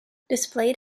displayed